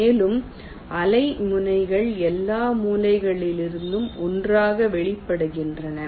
மேலும் அலை முனைகள் எல்லா மூலங்களிலிருந்தும் ஒன்றாக வெளிப்படுகின்றன